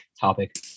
topic